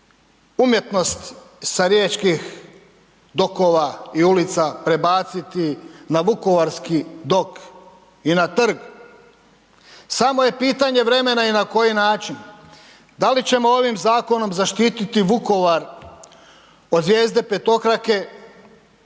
umjetnost sa riječkih dokova i ulica prebaciti na vukovarski dok i na trg, samo je pitanje vremena i na koji način. Da li ćemo ovim zakonom zaštititi Vukovar od zvijezde petokrake,